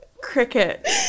Cricket